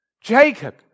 Jacob